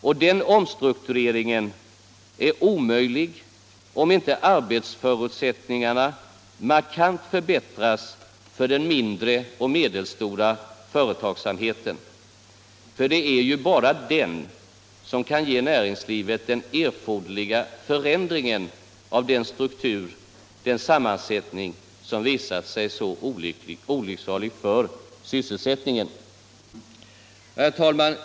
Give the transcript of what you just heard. Och den omstruktureringen är omöjlig om inte arbetsförutsättningarna markant förbättras för den mindre och medelstora företagsamheten. För det är ju bara den som kan ge näringslivet den erforderliga förändringen av den struktur, den sammansättning, som visat sig så olycksalig för sysselsättningen. Herr talman!